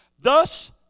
Thus